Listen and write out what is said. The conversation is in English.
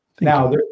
Now